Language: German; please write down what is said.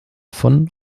von